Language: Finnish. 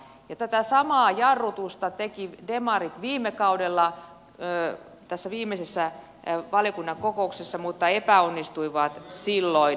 ja tätä samaa jarrutusta tekivät demarit viime kaudella tässä viimeisessä valiokunnan kokouksessa mutta epäonnistuivat silloin